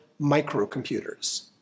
microcomputers